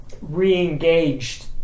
re-engaged